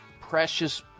precious